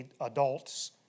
adults